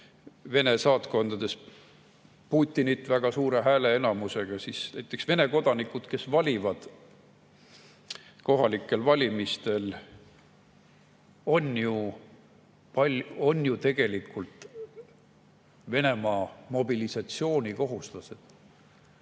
Vene saatkondades Putinit väga suure häälteenamusega, on see, et näiteks Vene kodanikud, kes valivad kohalikel valimistel, on ju tegelikult Venemaal mobilisatsioonikohuslased.